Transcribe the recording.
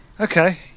okay